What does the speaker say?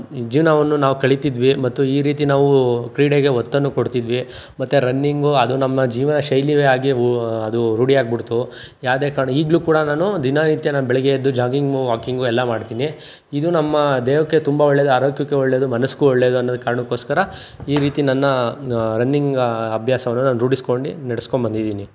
ಜೀವನವನ್ನು ನಾವು ಕಳೀತಿದ್ವಿ ಮತ್ತು ಈ ರೀತಿ ನಾವು ಕ್ರೀಡೆಗೆ ಒತ್ತನ್ನು ಕೊಡ್ತಿದ್ವಿ ಮತ್ತು ರನ್ನಿಂಗು ಅದು ನಮ್ಮ ಜೀವನಶೈಲಿನೇ ಆಗಿ ಓ ಅದು ರೂಢಿಯಾಗ್ಬುಡ್ತು ಯಾವುದೇ ಕಾರಣ ಈಗಲೂ ಕೂಡ ನಾನು ದಿನನಿತ್ಯ ನಾನು ಬೆಳಗ್ಗೆ ಎದ್ದು ಜಾಗಿಂಗು ವಾಕಿಂಗು ಎಲ್ಲ ಮಾಡ್ತೀನಿ ಇದು ನಮ್ಮ ದೇಹಕ್ಕೆ ತುಂಬ ಒಳ್ಳೆದು ಆರೋಗ್ಯಕ್ಕೆ ಒಳ್ಳೆದು ಮನಸಿಗೂ ಒಳ್ಳೆದು ಅನ್ನೋ ಕಾರಣಕ್ಕೋಸ್ಕರ ಈ ರೀತಿ ನನ್ನ ರನ್ನಿಂಗ್ ಅಭ್ಯಾಸವನ್ನ ನಾನು ರೂಢಿಸ್ಕೊಂಡು ನಡೆಸ್ಕೊಂಬಂದಿದೀನಿ